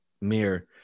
mirror